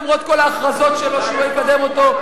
למרות כל ההכרזות שלו שהוא לא יקדם אותו,